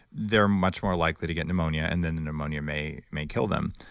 they're much more likely to get pneumonia and then the pneumonia may may kill them.